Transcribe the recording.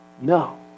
No